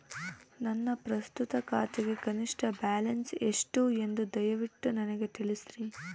ನನ್ನ ಪ್ರಸ್ತುತ ಖಾತೆಗೆ ಕನಿಷ್ಠ ಬ್ಯಾಲೆನ್ಸ್ ಎಷ್ಟು ಎಂದು ದಯವಿಟ್ಟು ನನಗೆ ತಿಳಿಸ್ರಿ